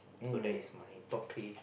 so that is my top three